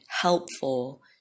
helpful